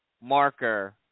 marker